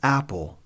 Apple